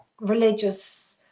religious